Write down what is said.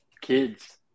kids